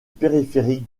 périphérique